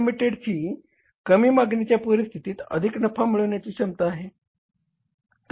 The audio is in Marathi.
Ltd ची कमी मागणीच्या परिस्थितीत अधिक नफा मिळवण्याची क्षमता आहे